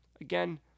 Again